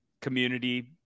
community